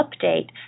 update